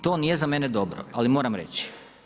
To nije za mene dobro, ali moram reći.